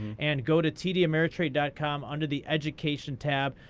and go to tdameritrade dot com under the education tab.